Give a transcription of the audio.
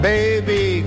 Baby